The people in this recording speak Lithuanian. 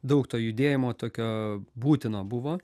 daug to judėjimo tokio būtino buvo